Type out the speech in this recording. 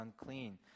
unclean